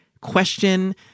question